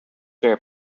barre